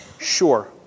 Sure